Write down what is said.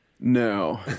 No